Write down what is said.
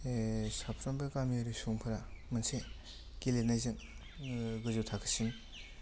साफ्रोमबो गामियारि सुबुंफोरा मोनसे गेलेनायजों गोजौ थाखोसिम